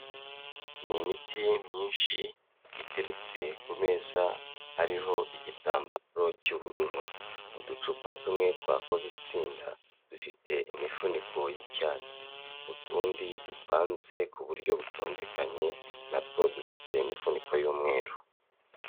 Ni imiti myinshi iteretse ku meza ariho igitambaro cy'ubururu. Uducupa tumwe twakoze itsinda dufite imifuniko y'icyatsi. Utundi dupanze ku buryo butondekanye natwo dufite imifuniko y'umweru.